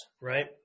right